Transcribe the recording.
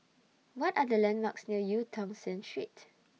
What Are The landmarks near EU Tong Sen Street